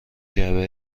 جعبه